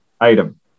item